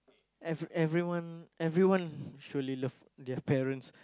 ever~ everyone everyone surely love their parents